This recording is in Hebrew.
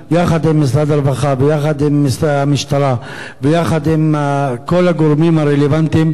יחד עם משרד הרווחה ויחד עם המשטרה ויחד עם כל הגורמים הרלוונטיים,